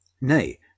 Nay